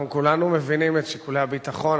אנחנו כולנו מבינים את שיקולי הביטחון,